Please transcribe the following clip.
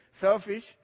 Selfish